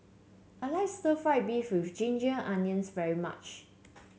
I like stir fry beef with Ginger Onions very much